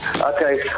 Okay